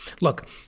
Look